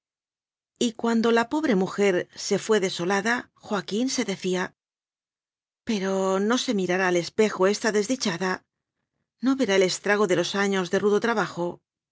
rejuveneciese y cuando la pobre mujer se fué desolada joaquín se decía pero no se mirará al espejo esta desdichada no verá el estrago de los años de rudo trabajo